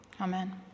Amen